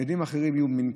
והילדים האחרים יהיו,